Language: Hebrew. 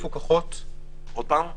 הן מפוקחות על ידי